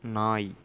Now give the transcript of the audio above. நாய்